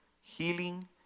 healing